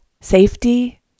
safety